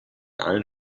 allen